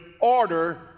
order